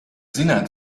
zināt